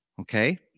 Okay